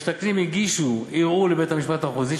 המשתכנים הגישו ערעור לבית-המשפט המחוזי,